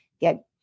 get